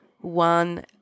One